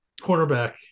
cornerback